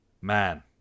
man